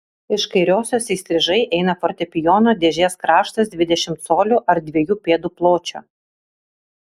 iš kairiosios įstrižai eina fortepijono dėžės kraštas dvidešimt colių ar dviejų pėdų pločio